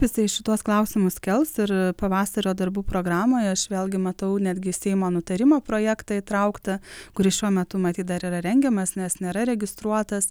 jisai šituos klausimus kels ir pavasario darbų programoje aš vėlgi matau netgi seimo nutarimo projektą įtrauktą kuris šiuo metu matyt dar yra rengiamas nes nėra registruotas